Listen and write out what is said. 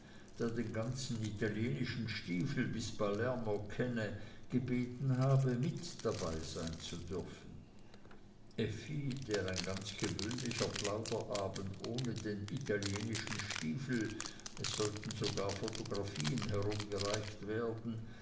den ganzen italienischen stiefel bis palermo kenne gebeten habe mit dabeisein zu dürfen effi der ein ganz gewöhnlicher plauderabend ohne den italienischen stiefel es sollten sogar fotografien herumgereicht werden